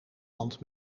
want